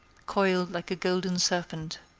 coiled like a golden serpent.